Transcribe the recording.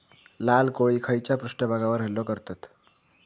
लाल कोळी खैच्या पृष्ठभागावर हल्लो करतत?